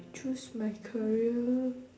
choose my career